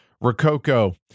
Rococo